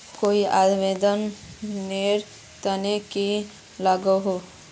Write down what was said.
कोई आवेदन नेर तने की लागोहो?